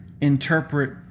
interpret